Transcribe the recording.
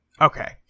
okay